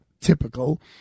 typical